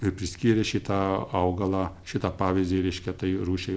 ir priskyrė šitą augalą šitą pavyzdį reiškia tai rūšiai